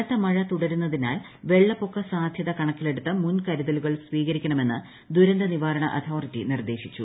കനത്ത മഴ തുടരുന്നതിനാൽ വെള്ളപ്പൊക്ക സാധ്യത കണക്കിലെടുത്ത് മുൻകരുതലുകൾ സ്വീകരിക്കണമെന്ന് ദുരന്ത നിവാരണ അതോറിറ്റി നിർദേശിച്ചു